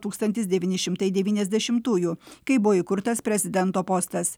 tūkstantis devyni šimtai devyniasdešimtųjų kai buvo įkurtas prezidento postas